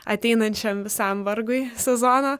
ateinančiam visam vargui sezono